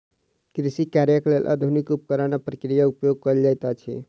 कृषि कार्यक लेल आधुनिक उपकरण आ प्रक्रिया उपयोग कयल जाइत अछि